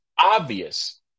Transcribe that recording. Obvious